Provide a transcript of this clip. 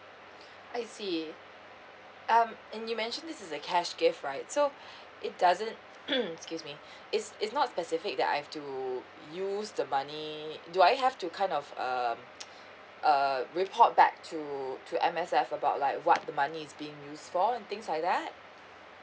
I see um and you mention this a cash gift right so it doesn't excuse me it's it's not specific that I have to use the money do I have to kind of um uh report back to to M_S_F about like what the money is being used for and things like that